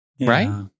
Right